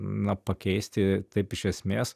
na pakeisti taip iš esmės